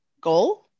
goal